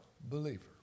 believer